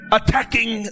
attacking